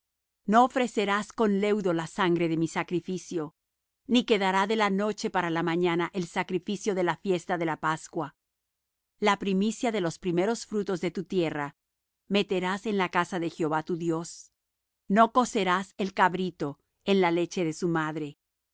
no ofrecerás con leudo la sangre de mi sacrificio ni quedará de la noche para la mañana el sacrificio de la fiesta de la pascua la primicia de los primeros frutos de tu tierra meterás en la casa de jehová tu dios no cocerás el cabrito en la leche de su madre